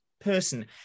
person